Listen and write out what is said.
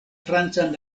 francan